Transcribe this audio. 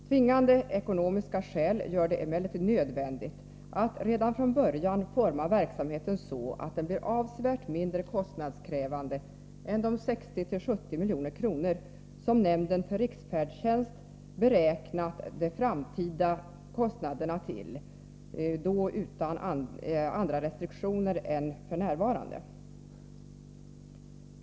Tvingande ekonomiska skäl gör det emellertid nödvändigt att redan från början utforma verksamheten så att den blir avsevärt mindre kostnadskrävande än den enligt de beräkningar nämnden för riksfärdtjänst gjort skulle komma att bli — nämnden har beräknat de framtida kostnaderna till 60-70 milj.kr., och då utan andra restriktioner än dem som nu gäller.